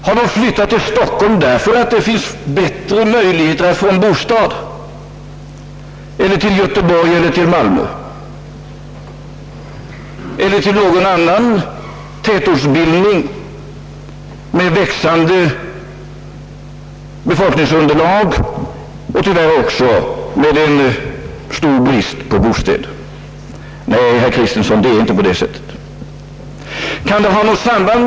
Har de kommit till Stockholm, Göteborg, Malmö eller någon annan tätortsbildning med växande befolkningsunderlag, därför att möjligheterna att erhålla en bostad skulle vara större där? Nej, herr Kristiansson, så är det tyvärr inte.